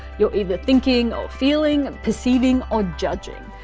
you're either thinking or feeling, perceiving or judging.